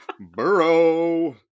burrow